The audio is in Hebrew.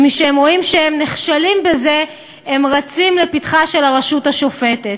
משהם רואים שהם נכשלים בזה הם רצים לפתחה של הרשות השופטת.